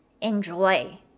Enjoy